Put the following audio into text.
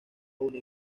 una